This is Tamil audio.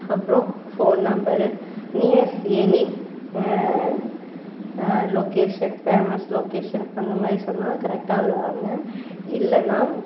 அப்புறம் phone number near any location famous location அந்த மாரி சொன்னால் கரெக்டாக வருவாங்க இல்லைன்னா